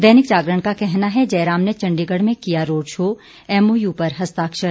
दैनिक जागरण का कहना है जयराम ने चंडीगढ़ में किया रोड शो एमओयू पर हस्ताक्षर